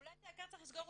אולי את היק"ר צריך לסגור,